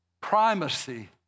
primacy